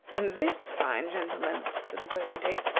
and this fine gentleman, said the potentate,